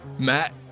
Matt